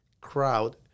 crowd